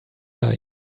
like